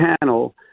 panel